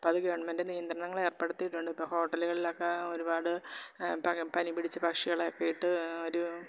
അപ്പം അത് ഗവണ്മെന്റ് നിയന്ത്രണങ്ങൾ ഏര്പ്പെടുത്തിയിട്ടുണ്ട് ഇപ്പോൾ ഹോട്ടലുകളിലൊക്കെ ഒരുപാട് പനി പിടിച്ച പക്ഷികളെയെക്കെ ഇട്ട് ഒരു